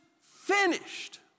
finished